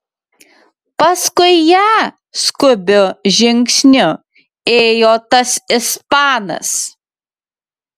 paskui ją skubiu žingsniu ėjo tas ispanas